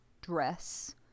dress